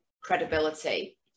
credibility